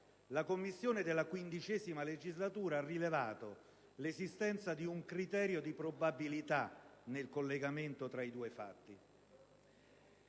la Commissione della XV legislatura ha rilevato l'esistenza di un criterio di probabilità nel collegamento tra i due fatti.